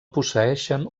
posseeixen